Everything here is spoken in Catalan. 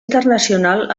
internacional